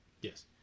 Yes